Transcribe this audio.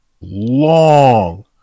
long